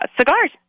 cigars